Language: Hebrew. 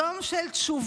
יום של תשובה